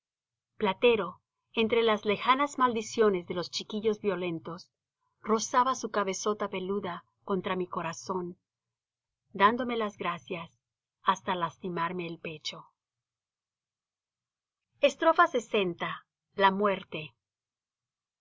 platero entre las lejanas maldiciones de los chiquillos violentos rozaba su cabezota peluda contra mi corazón dándome las gracias hasta lastimarme el pecho lx la muerte